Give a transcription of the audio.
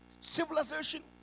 civilization